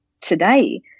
today